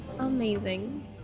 Amazing